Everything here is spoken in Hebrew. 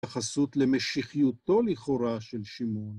‫ביחסות למשיחיותו לכאורה של שימון.